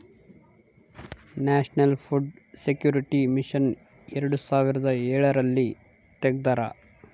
national food security mission ಎರಡು ಸಾವಿರದ ಎಳರಲ್ಲಿ ತೆಗ್ದಾರ